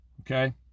okay